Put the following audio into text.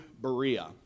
Berea